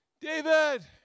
David